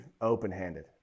open-handed